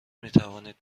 میتوانید